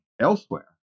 elsewhere